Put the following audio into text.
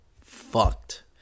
fucked